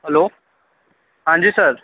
hello ہاں جی سر